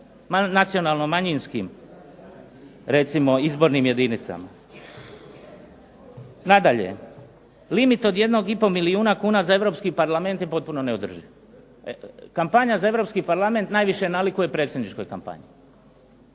nacionalno manjinskim recimo izbornim jedinicama? Nadalje, limit od jednog i po milijuna kuna za Europski Parlament je potpuno neodrživ. Kampanja za Europski Parlament najviše nalikuje predsjedničkoj kampanji.